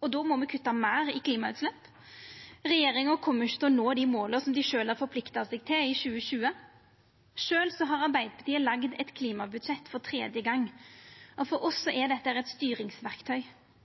og då må me kutta meir i klimautslepp. Regjeringa kjem ikkje til å nå dei måla som dei sjølv har forplikta seg til i 2020. Sjølv har Arbeidarpartiet laga eit klimabudsjett for tredje gong, og for oss er dette eit styringsverktøy.